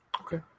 Okay